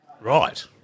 Right